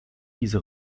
diese